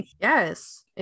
Yes